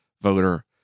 voter